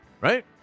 Right